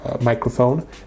microphone